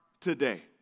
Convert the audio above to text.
today